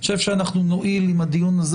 אני חושב שאנחנו נועיל אם הדיון הזה